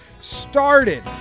started